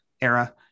era